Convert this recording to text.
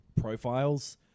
profiles